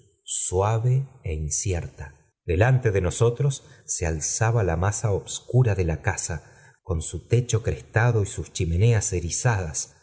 suave é incierta delante de nosotros se alzaba la masa obscura de la casa con su techo crestado y sus ehi meneas erizadas